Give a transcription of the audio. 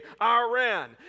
Iran